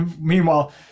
Meanwhile